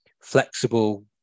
flexible